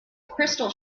crystal